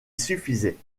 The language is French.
suffisaient